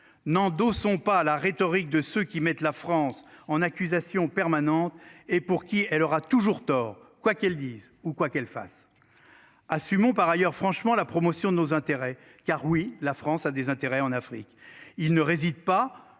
Nando sont pas à la rhétorique de ceux qui mettent la France en accusation permanente et pour qui elle aura toujours tort quoi elle dise ou quoi qu'elle fasse. Assumons par ailleurs franchement la promotion de nos intérêts. Car oui, la France a des intérêts en Afrique